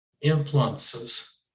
influences